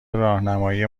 راهنمایی